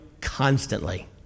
constantly